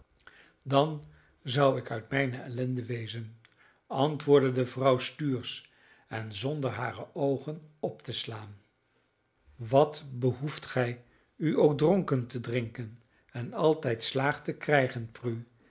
dan zou ik uit mijne ellende wezen antwoordde de vrouw stuursch en zonder hare oogen op te slaan wat behoeft gij u ook dronken te drinken en altijd slaag te krijgen prue